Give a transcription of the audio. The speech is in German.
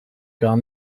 gar